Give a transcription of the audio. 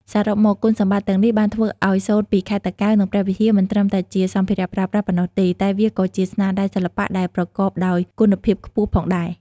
សរុបមក គុណសម្បត្តិទាំងនេះបានធ្វើឱ្យសូត្រពីខេត្តតាកែវ និងព្រះវិហារមិនត្រឹមតែជាសម្ភារៈប្រើប្រាស់ប៉ុណ្ណោះទេ តែវាក៏ជាស្នាដៃសិល្បៈដែលប្រកបដោយគុណភាពខ្ពស់ផងដែរ។